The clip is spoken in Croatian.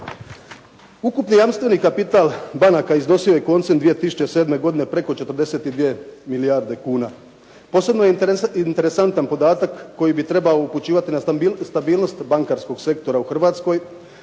Ukupni jamstveni kapital banaka iznosio je koncem 2007. godine preko 42 milijarde kuna. Posebno je interesantan podatak koji bi trebao upućivati na stabilnost bankarskog sektora u Hrvatskoj